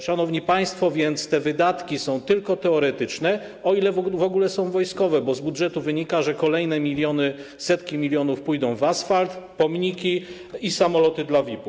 Szanowni państwo, a więc te wydatki są tylko teoretyczne, o ile w ogóle są na cele wojskowe, bo z budżetu wynika, że kolejne miliony, setki milionów pójdą na asfalt, pomniki i samoloty dla VIP-ów.